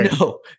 No